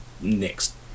next